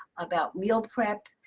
about meal craft.